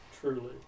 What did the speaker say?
truly